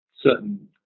certain